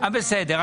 בסדר.